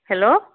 hello